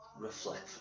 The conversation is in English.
reflect